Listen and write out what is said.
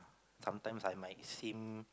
sometimes I might seem